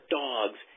dogs